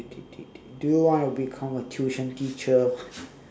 do you want to become a tuition teacher